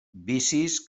vicis